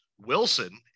Wilson